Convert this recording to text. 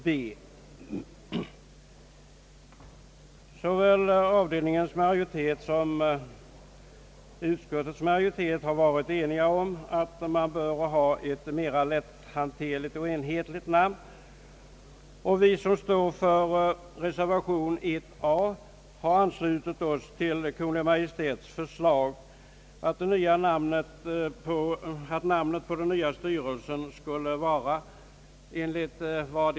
Både avdelningens och utskottets majoritet har varit överens om att man bör ha ett mera lätthanterligt och enhetligt namn. Vi som står för reservation 1 a har anslutit oss till Kungl. Maj:ts förslag att namnet på den nya myndigheten skulle vara medicinalstyrelsen.